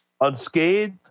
Unscathed